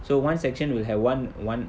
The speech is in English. so one section will have one one